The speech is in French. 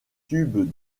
tube